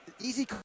easy